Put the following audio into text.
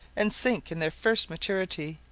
and sink in their first maturity,